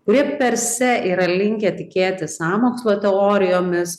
kurie perse yra linkę tikėti sąmokslo teorijomis